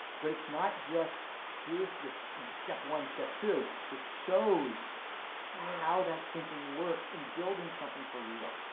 but it's not just here's this step one, step two, it shows how that thinking works in building something for real.